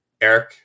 Eric